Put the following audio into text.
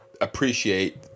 appreciate